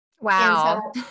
Wow